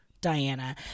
Diana